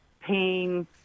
pain